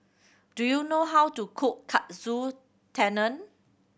do you know how to cook Katsu Tendon